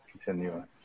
Continue